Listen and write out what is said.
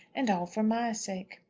and all for my sake!